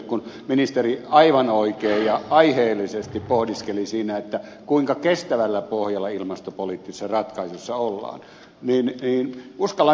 kun ministeri aivan oikein ja aiheellisesti pohdiskeli siinä kuinka kestävällä pohjalla ilmastopoliittisissa ratkaisuissa ollaan niin uskallan kysyä näin